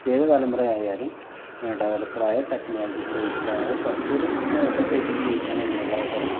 ഏത് തലമുറയായാലും ഡെവലപ്പ്ഡ് ആയ ടെക്നോളജിക്കല് ബേസ്ഡായ കുറച്ചൊരു സൊസൈറ്റിൽ ജീവിക്കണമെന്നുള്ളവരായിരിക്കണം